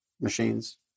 machines